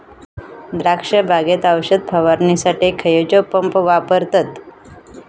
द्राक्ष बागेत औषध फवारणीसाठी खैयचो पंप वापरतत?